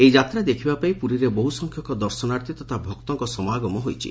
ଏହି ଯାତ୍ରା ଦେଖିବା ପାଇଁ ପୁରୀରେ ବହୁ ସଂଖ୍ୟକ ଦର୍ଶନାର୍ଥୀ ତଥା ଭକ୍ତଙ୍ଙ ସମାଗମ ହୋଇଛି